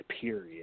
period